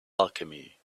alchemy